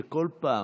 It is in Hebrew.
שכל פעם,